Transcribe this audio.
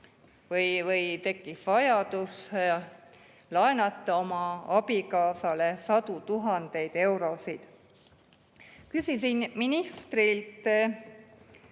tal tekkis vajadus laenata oma abikaasale sadu tuhandeid eurosid. Küsisin ministrilt